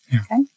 Okay